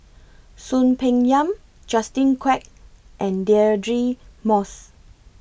Soon Peng Yam Justin Quek and Deirdre Moss